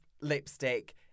lipstick